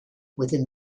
within